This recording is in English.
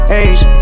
age